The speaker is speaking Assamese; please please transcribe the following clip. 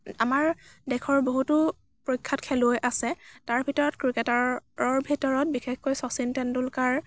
আমাৰ দেশৰ বহুতো প্ৰখ্য়াত খেলুৱৈ আছে তাৰ ভিতৰত ক্ৰিকেটাৰৰ ভিতৰত বিশেষকৈ শচীন টেণ্ডুলকাৰ